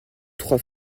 trois